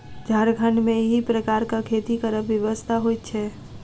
झारखण्ड मे एहि प्रकारक खेती करब विवशता होइत छै